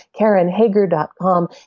karenhager.com